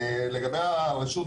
לגבי הרשות